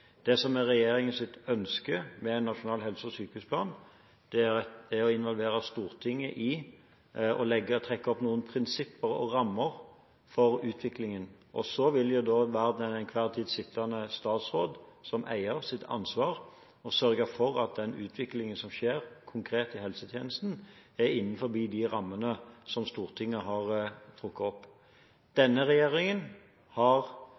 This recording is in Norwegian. ønske med en nasjonal helse- og sykehusplan er å involvere Stortinget i å trekke opp noen prinsipper og rammer for utviklingen, og så vil det være den enhver tid sittende statsråds ansvar – som eier – å sørge for at den utviklingen som skjer konkret i helsetjenesten, er innenfor de rammene som Stortinget har trukket opp. Denne regjeringen har